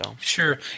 Sure